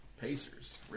Pacers